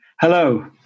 Hello